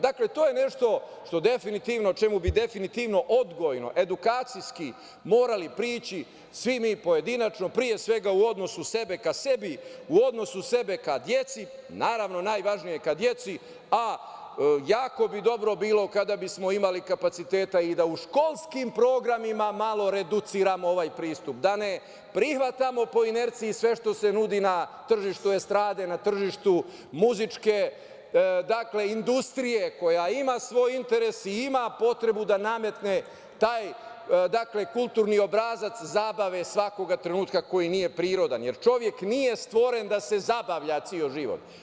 Dakle, to je nešto čemu bi definitivno odgojno, edukacijski morali prići svi mi pojedinačno, pre svega u odnosu sebe ka sebi, u odnosu sebe ka deci, naravno najvažnije ka deci, a jako bi dobro bilo kada bi smo imali kapaciteta i da u školskim programima malo reduciramo ovaj pristup, da ne prihvatamo po inerciji sve što se nudi na tržištu estrade, na tržištu muzičke industrije koja ima svoj interes i ima potrebu da nametne taj kulturni obrazac zabave svakoga trenutka koji nije prirodan, jer čovek nije stvoren da se zabavlja ceo život.